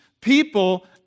people